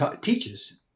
teaches